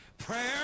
Prayer